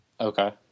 Okay